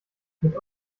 mit